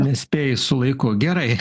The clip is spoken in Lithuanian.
nespėji su laiku gerai